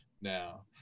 now